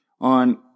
on